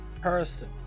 person